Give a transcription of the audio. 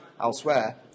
elsewhere